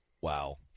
Wow